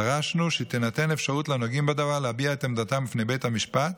דרשנו שתינתן אפשרות לנוגעים בדבר להביע את עמדתם בפני בית המשפט,